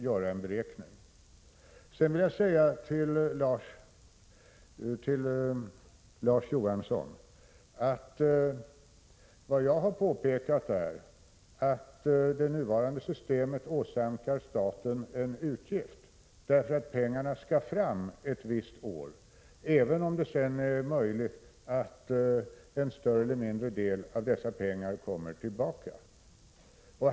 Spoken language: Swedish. Till Larz Johansson vill jag säga att vad jag påpekat är att det nuvarande systemet åsamkar staten en utgift därför att pengarna skall fram ett visst år, även om det är möjligt att en större eller mindre del av dessa pengar kommer tillbaka.